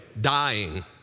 dying